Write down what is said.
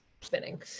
spinning